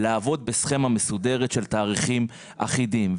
לעבוד בסכמה מסודרת של תאריכים אחידים.